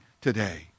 today